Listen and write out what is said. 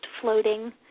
floating